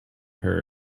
her